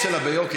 שלה ביוקר.